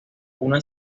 una